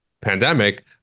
pandemic